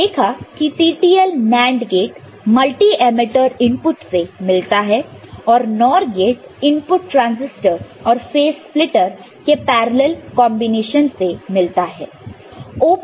हमने देखा की TTL NAND gate multi emitter input से मिलता है और NOR गेट इनपुट ट्रांसिस्टर और फेस स्प्लिटर के पैरॅलल् कॉन्बिनेशन से मिलता है